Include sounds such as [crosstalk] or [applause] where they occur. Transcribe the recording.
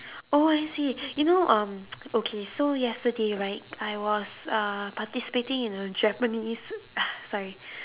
oh I see you know um okay so yesterday right I was uh participating in a japanese [coughs] sorry